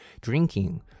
drinking